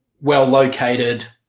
well-located